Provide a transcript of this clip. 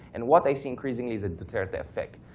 and what i see increasingly is a duterte effect.